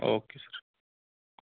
okay sir